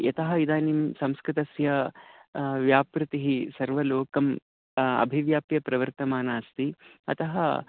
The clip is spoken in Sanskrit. यतः इदानीं संस्कृतस्य व्यापृतिः सर्वलोकं अभिव्याप्य प्रवर्तमाना अस्ति अतः